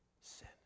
Sin